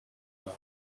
vote